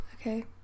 Okay